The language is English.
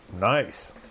nice